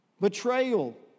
Betrayal